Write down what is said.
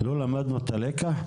לא למדנו את הלקח?